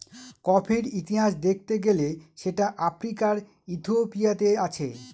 কফির ইতিহাস দেখতে গেলে সেটা আফ্রিকার ইথিওপিয়াতে আছে